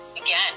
Again